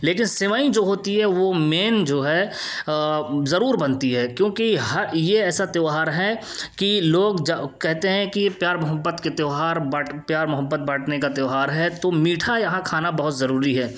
لیکن سوئیں جو ہوتی ہے وہ مین جو ہے ضرور بنتی ہے کیونکہ ہر یہ ایسا تہوار ہے کہ لوگ کہتے ہیں کہ یہ پیار محبت کے تہوار بٹ پیار محبت بانٹنے کا تہوار ہے تو میٹھا یہاں کھانا بہت ضروری ہے